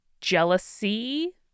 jealousy